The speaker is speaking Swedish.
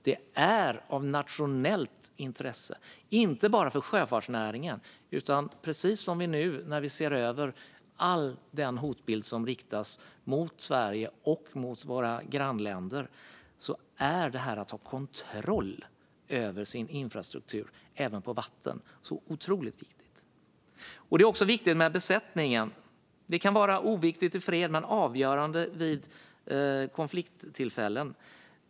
Det är av nationellt intresse - inte bara för sjöfartsnäringen. När vi nu ser över hotbilden mot Sverige och Sveriges grannländer är det otroligt viktigt att ha kontroll över infrastrukturen även på vatten. Det är också viktigt med besättningen. Det kan vara oviktigt i fred men avgörande vid konflikttillfällen.